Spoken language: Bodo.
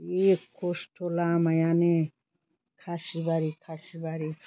जि खस्थ' लामायानो खासि बारि खासि बारि